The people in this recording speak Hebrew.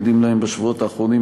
עדים להם בשבועות האחרונים,